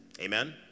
Amen